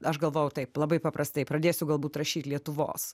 aš galvojau taip labai paprastai pradėsiu galbūt rašyt lietuvos